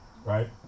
Right